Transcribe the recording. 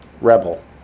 rebel